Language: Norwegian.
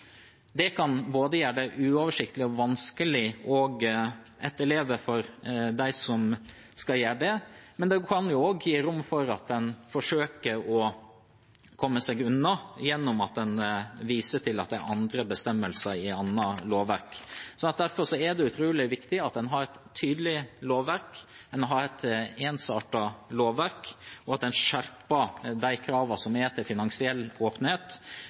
Det kan gjøre det uoversiktlig og vanskelig å etterleve, men det kan også gi rom for at en forsøker å komme seg unna gjennom at en viser til at det er andre bestemmelser i annet lovverk. Derfor er det utrolig viktig at en har et tydelig og ensartet lovverk, og at en skjerper kravene til finansiell åpenhet for å bidra til at en